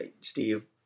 steve